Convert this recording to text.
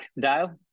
dial